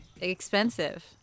expensive